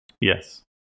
Yes